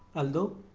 although,